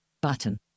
Button